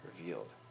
revealed